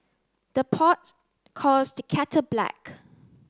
the pot calls the kettle black